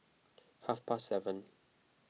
half past seven